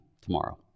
tomorrow